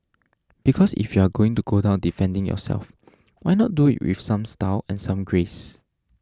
because if you are going to go down defending yourself why not do it with some style and some grace